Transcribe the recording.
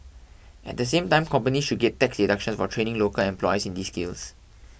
at the same time companies should get tax deductions for training local employees in these skills